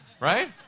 right